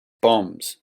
bombs